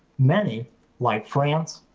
many like france,